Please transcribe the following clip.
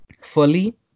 fully